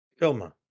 Filma